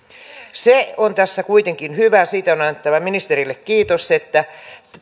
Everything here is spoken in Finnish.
se on tässä kuitenkin hyvää siitä on annettava ministerille kiitos että